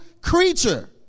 creature